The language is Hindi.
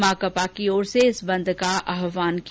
माकपा की ओर से इस बंद का आहवान किया गया